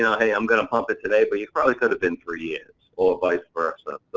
yeah hey, i'm gonna pump it today, but you probably could have been three years. or vice versa.